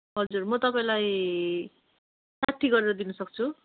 हजुर म तपाईँलाई साठी गरेर दिनुसक्छु